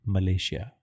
Malaysia